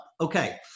Okay